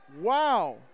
Wow